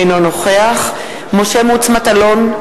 אינו נוכח משה מטלון,